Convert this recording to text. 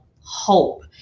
hope